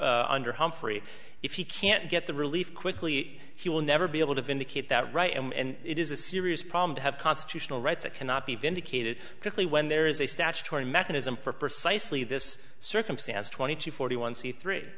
for under humfrey if he can't get the relief quickly he will never be able to vindicate that right and it is a serious problem to have constitutional rights it cannot be vindicated quickly when there is a statutory mechanism for precisely this circumstance twenty two forty one c three